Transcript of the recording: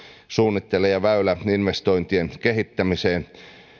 suunnitteilla väyläinvestointien kehittämiseen